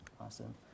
Awesome